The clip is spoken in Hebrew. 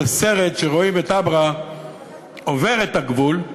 סרט שרואים בו את אברה עובר את הגבול,